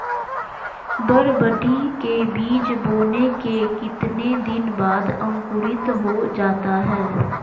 बरबटी के बीज बोने के कितने दिन बाद अंकुरित हो जाता है?